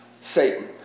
Satan